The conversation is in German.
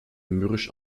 mürrisch